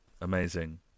Amazing